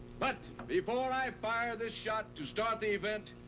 but before i fire the shot to start the event,